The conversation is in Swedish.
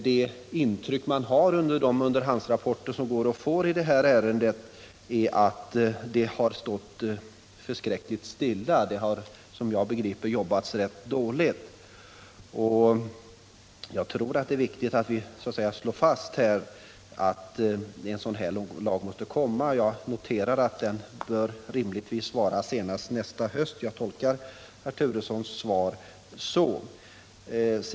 Det intryck man får av de underhandsrapporter i ärendet som går att få är att det har stått förskräckligt stilla. Det har efter vad jag förstår jobbats rätt dåligt. Det är viktigt att slå fast att en sådan här lag måste komma, och jag noterar att den rimligtvis bör komma senast nästa höst. Jag tolkar herr Turessons svar så.